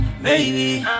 Baby